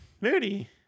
Moody